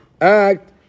act